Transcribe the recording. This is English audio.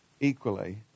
equally